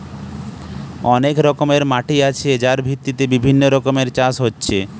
অনেক রকমের মাটি আছে যার ভিত্তিতে বিভিন্ন রকমের চাষ হচ্ছে